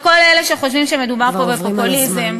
לכל אלה שחושבים שמדובר פה בפופוליזם,